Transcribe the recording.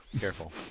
Careful